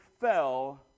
fell